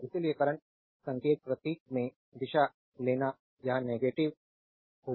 इसलिए करंट संकेत प्रतीक मैं दिशा लेगा यह नेगेटिव होगा